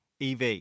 EV